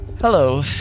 Hello